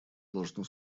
должно